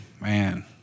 man